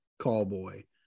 Callboy